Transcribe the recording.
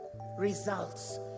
results